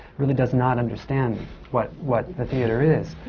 really does not understand what what the theatre is.